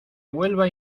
vuelva